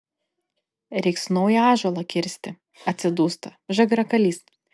reiks naują ąžuolą kirsti atsidūsta žagrakalys